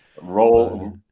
Roll